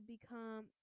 become